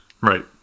right